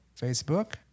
Facebook